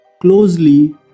closely